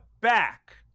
back